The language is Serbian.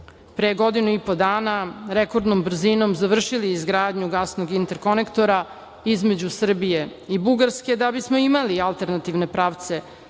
pre godinu i po dana rekordnom brzinom završili izgradnju gasnog intrakonektora između Srbije i Bugarske da bismo imali alternativne pravce